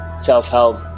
Self-help